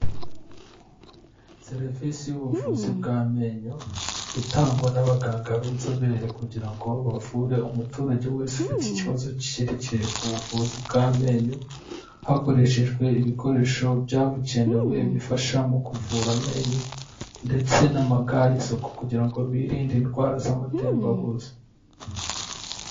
Serivisi y'ubuvuzi bw'amenyo, itangwa n'abaganga b'inzobere kugira ngo bavure umuturage wese ufite ikibazo cyereke ku buvuzi bw'amenyo, hakoreshejwe ibikoresho byabukenewe, bifasha mu kuvura amenyo ndetse n'ama ga y'isuku kugira ngo birinde indwara z'amatembabuzi.